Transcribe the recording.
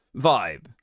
vibe